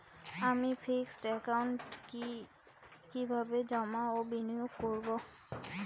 আমি ফিক্সড একাউন্টে কি কিভাবে জমা ও বিনিয়োগ করব?